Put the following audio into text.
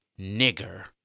nigger